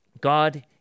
God